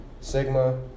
Sigma